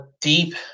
deep